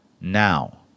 now